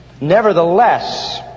Nevertheless